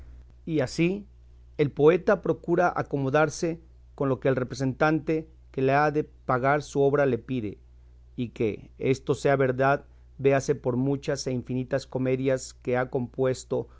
y así el poeta procura acomodarse con lo que el representante que le ha de pagar su obra le pide y que esto sea verdad véase por muchas e infinitas comedias que ha compuesto